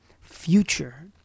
Future